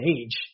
age